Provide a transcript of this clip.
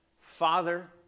Father